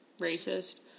racist